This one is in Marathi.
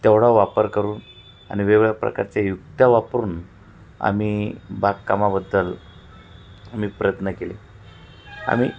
तेवढा वापर करून आणि वेगवेगळ्या प्रकारच्या युक्त्या वापरून आम्ही बागकामाबद्दल आम्ही प्रयत्न केले आम्ही